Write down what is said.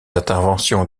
interventions